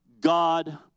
God